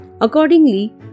Accordingly